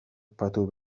patu